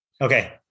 Okay